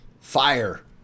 fire